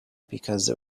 because